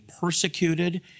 persecuted